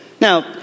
Now